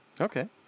Okay